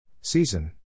Season